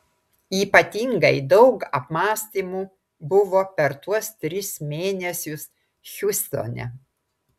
ypatingai daug apmąstymų buvo per tuos tris mėnesius hjustone